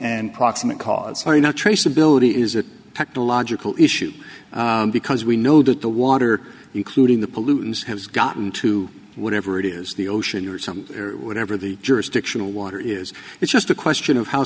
and proximate cause sorry not traceability is it technological issues because we know that the water including the pollutants has gotten to whatever it is the ocean or some whatever the jurisdictional water is it's just a question of how